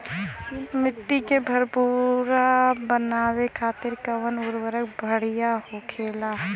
मिट्टी के भूरभूरा बनावे खातिर कवन उर्वरक भड़िया होखेला?